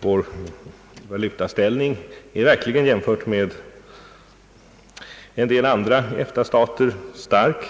Vår valutaställning är stark inte minst i iämförelse med en del andra EFTA staters,